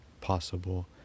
possible